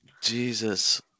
Jesus